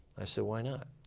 i said, why not?